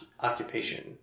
occupation